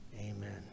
Amen